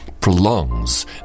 prolongs